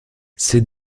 ces